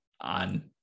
on